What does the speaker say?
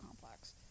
Complex